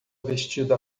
vestido